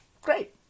great